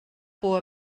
por